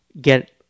get